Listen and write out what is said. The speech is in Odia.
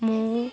ମୁଁ